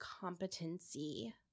competency